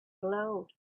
glowed